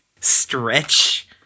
stretch